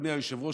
אדוני היושב-ראש,